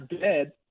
dead